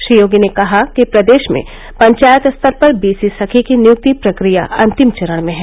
श्री योगी ने कहा कि प्रदेश में पंचायत स्तर पर बीसी सखी की नियुक्ति प्रक्रिया अंतिम चरण में है